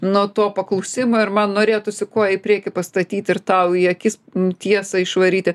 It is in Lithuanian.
nuo to paklausimo ir man norėtųsi koją į priekį pastatyti ir tau į akis tiesą išvaryti